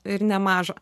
ir nemažą